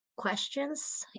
questions